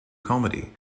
comedy